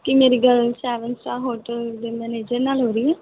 ਕੀ ਮੇਰੀ ਗੱਲ seven star hotel ਦੇ ਮੈਨੇਜਰ ਨਾਲ਼ ਹੋ ਰਹੀ ਹੈ